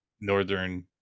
Northern